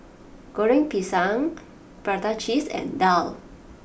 Goreng Pisang Prata Cheese and Daal